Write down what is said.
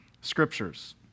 scriptures